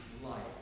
life